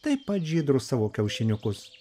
taip pat žydrus savo kiaušiniukus